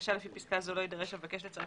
לבקשה לפי פסקה זו לא יידרש המבקש לצרף